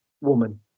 woman